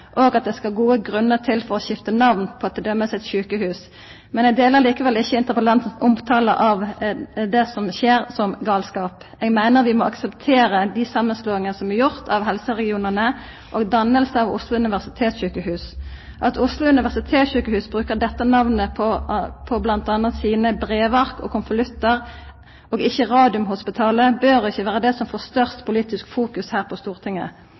og at det skal gode grunnar til for å skifta namn på t.d. eit sjukehus. Eg er likevel ikkje einig i interpellantens omtale, at det som skjer, er galskap. Eg meiner vi må akseptera dei samanslåingane som er gjorde av helseregionane, og danninga av Oslo universitetssykehus. At Oslo universitetssykehus brukar dette namnet m.a. på brevarka og konvoluttane sine, og ikkje «Radiumhospitalet», bør ikkje vera det som får størst politisk fokus her på Stortinget.